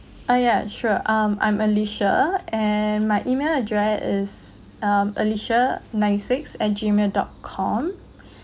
uh yeah sure um I'm alicia and my email address is um alicia nine six at gmail dot com